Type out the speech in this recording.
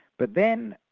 but then,